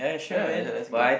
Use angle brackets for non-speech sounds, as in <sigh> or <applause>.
sure <noise> let's go